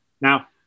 Now